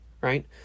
right